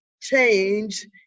Change